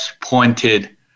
pointed